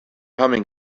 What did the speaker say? humming